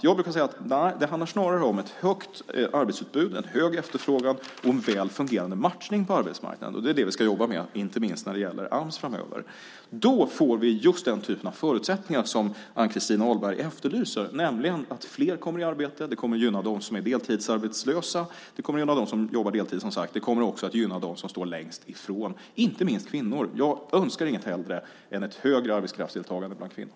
Jag brukar säga att det snarare handlar om ett högt arbetsutbud, en hög efterfrågan och en väl fungerande matchning på arbetsmarknaden. Det är det vi ska jobba med framöver, inte minst när det gäller Ams. Då får vi just den typen av förutsättningar som Ann-Christin Ahlberg efterlyser, nämligen att fler kommer i arbete. Det kommer att gynna dem som är deltidsarbetslösa. Det kommer att gynna dem som jobbar deltid och det kommer att gynna dem som står längst ifrån, inte minst kvinnor. Jag önskar inget hellre än ett högre arbetskraftsdeltagande bland kvinnor.